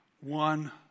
one